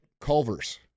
culver's